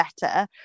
better